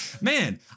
man